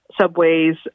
subways